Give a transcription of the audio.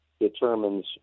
determines